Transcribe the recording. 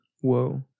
Whoa